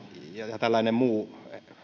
ja tällainen muu